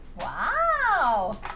Wow